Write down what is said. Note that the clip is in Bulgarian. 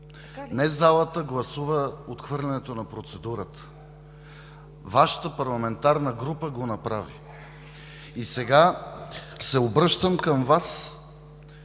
Не залата гласува отхвърлянето на процедурата, а Вашата парламентарна група го направи. Сега се обръщам към Вас,